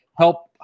Help